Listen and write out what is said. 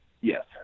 Yes